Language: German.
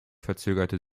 verzögerte